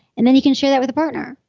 and then you can share that with a partner.